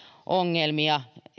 ongelmia